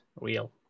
real